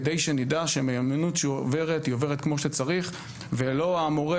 כדי שנדע שמיומנות שעוברת עוברת כמו שצריך ולא שהמורה